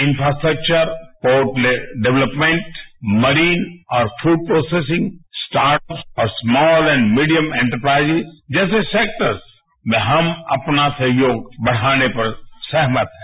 infrastructure port led development marine और food processing startups और small और मीडियम एन्टएप्राइजिस जैसे सेक्टर्स में हम अपना सहयोग बढ़ाने पर सहमत हैं